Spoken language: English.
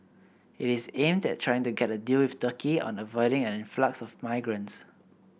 it is aimed at trying to get a deal with Turkey on avoiding an influx of migrants